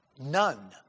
none